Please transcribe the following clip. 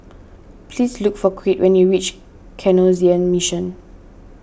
please look for Crete when you reach Canossian Mission